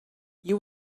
you